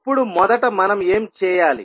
ఇప్పుడు మొదట మనం ఏమి చేయాలి